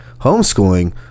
homeschooling